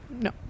no